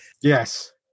Yes